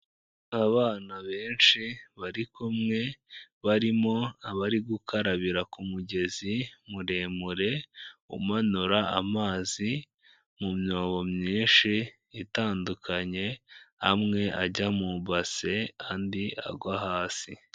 Abana benshi bari kumwe, barimo abari gukarabira ku mugezi muremure umanura amazi mu myobo myinshi itandukanye, amwe ajya mu base, andi agwa hasi.